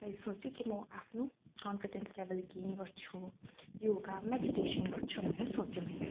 मैले सोचेँ म आफ्नो कन्फिडेन्स लेभल गेन गर्छु योगा मेडिटेसन गर्छु भनेर सोचेँ मैले